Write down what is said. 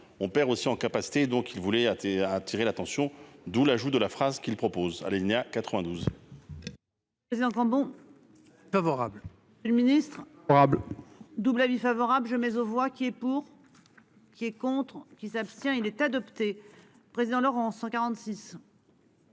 on perd aussi en capacité donc il voulait à tu et à attirer l'attention. D'où l'ajout de la phrase qu'il propose